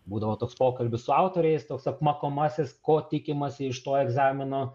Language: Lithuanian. būdavo toks pokalbis su autoriais toks apmokomasis ko tikimasi iš to egzamino